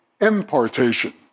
impartation